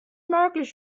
einzig